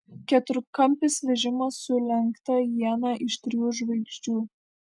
keturkampis vežimas su lenkta iena iš trijų žvaigždžių